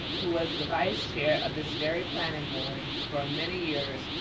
who was the vice chair of this very planning board for many years,